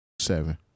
Seven